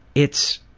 it's